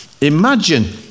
Imagine